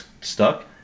stuck